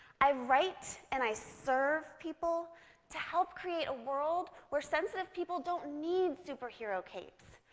i write and i serve people to help create a world where sensitive people don't need superhero capes,